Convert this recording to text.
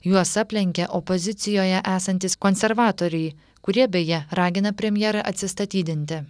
juos aplenkė opozicijoje esantys konservatoriai kurie beje ragina premjerą atsistatydinti